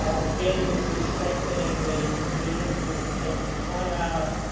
again, this is strengthening the provisions with respect to timeout.